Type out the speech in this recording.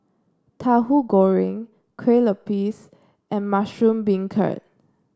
Tahu Goreng Kue Lupis and Mushroom Beancurd